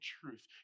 truth